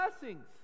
blessings